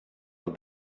that